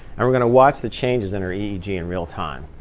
and we're going to watch the changes in her eeg in real time.